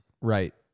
Right